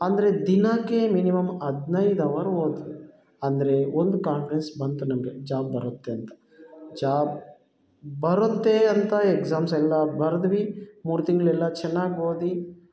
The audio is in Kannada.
ಅಂದರೆ ದಿನಕ್ಕೆ ಮಿನಿಮಮ್ ಹದಿನೈದು ಅವರ್ ಓದಿದ್ವಿ ಅಂದರೆ ಒಂದು ಕಾನ್ಫಿಡೆನ್ಸ್ ಬಂತು ನಮಗೆ ಜಾಬ್ ಬರುತ್ತೆ ಅಂತ ಜಾಬ್ ಬರುತ್ತೆ ಅಂತ ಎಕ್ಸಾಮ್ಸ್ ಎಲ್ಲ ಬರೆದ್ವಿ ಮೂರು ತಿಂಗ್ಳು ಎಲ್ಲ ಚೆನ್ನಾಗಿ ಓದಿ